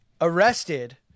arrested